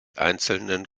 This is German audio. einzelnen